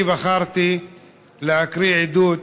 אני בחרתי להקריא עדות